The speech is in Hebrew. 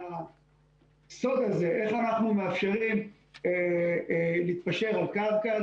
הסוד הזה איך אנחנו מאפשרים להתפשר על קרקע,